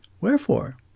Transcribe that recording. Wherefore